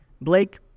Blake